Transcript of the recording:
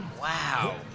Wow